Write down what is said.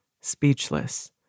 speechless